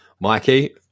Mikey